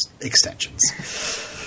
extensions